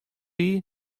wie